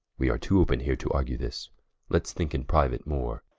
wee are too open heere to argue this let's thinke in priuate more.